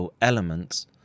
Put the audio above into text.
elements